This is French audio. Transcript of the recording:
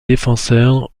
défenseur